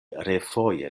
refoje